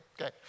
Okay